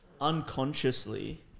unconsciously